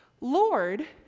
Lord